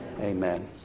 Amen